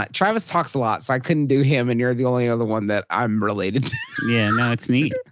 but travis talks a lot, so i couldn't do him, and you're the only other one that i'm related to yeah. no. it's neat